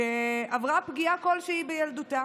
ידי זכאי.